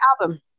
album